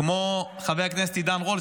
כמו חבר הכנסת עידן רול,